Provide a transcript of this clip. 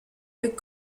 eût